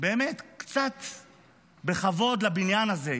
באמת במעט כבוד לבניין הזה,